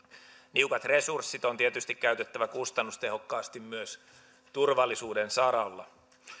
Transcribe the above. niukat resurssit on tietysti käytettävä kustannustehokkaasti myös turvallisuuden saralla